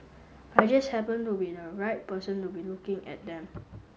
I just happened to be the right person to be looking at them